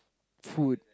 food